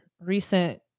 recent